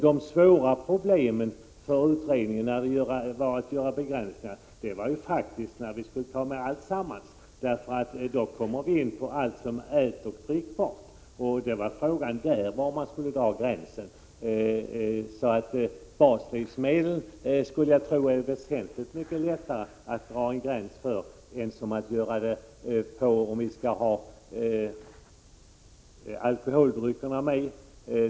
Det svåraste problemet för utredningen då det gällde att göra begränsningar var faktiskt när vi skulle ta med all livsmedel. Livsmedel är ju allt som är ätoch drickbart. Då förelåg problemet var man skulle dra gränsen. Jag skulle tro att det är väsentligt mycket lättare att dra en gräns när det gäller baslivsmedel än om vi skall ta med all livsmedel.